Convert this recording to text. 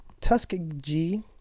Tuskegee